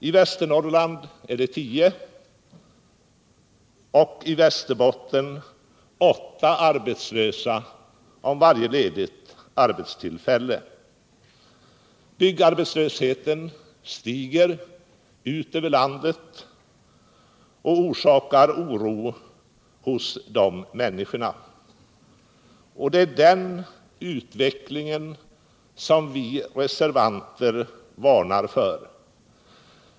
I Västernorrland konkurrerar 10 och i Västerbotten 8 arbetslösa om varje arbetstillfälle. Byggarbetslösheten stiger ute i landet och orsakar oro bland människorna. Det är den här utvecklingen som vi reservanter varnat för.